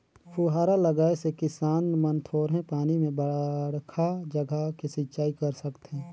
फुहारा लगाए से किसान मन थोरहें पानी में बड़खा जघा के सिंचई कर सकथें